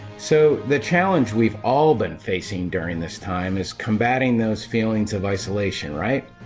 so the challenge we've all been facing during this time is combating those feelings of isolation right?